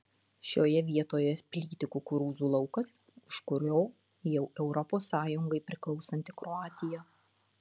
šioje vietoje plyti kukurūzų laukas už kurio jau europos sąjungai priklausanti kroatija